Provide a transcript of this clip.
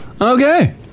Okay